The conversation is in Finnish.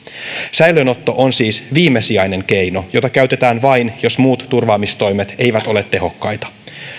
säilöönotto on siis viimesijainen keino jota käytetään vain jos muut turvaamistoimet eivät ole tehokkaita